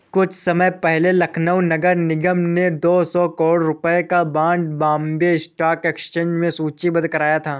कुछ समय पहले लखनऊ नगर निगम ने दो सौ करोड़ रुपयों का बॉन्ड बॉम्बे स्टॉक एक्सचेंज में सूचीबद्ध कराया था